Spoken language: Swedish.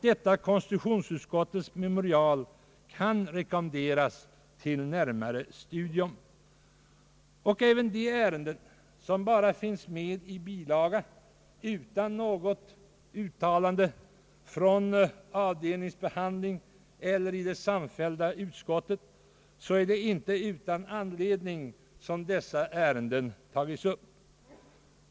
Detta konstitutionsutskottets memorial kan rekommenderas till närmare studium. När det gäller de ärenden som bara finns med i bilaga utan något uttalande från avdelningsbehandling eller i det samfällda utskottet, kan man också konstatera att det inte är utan anledning som de tagits upp.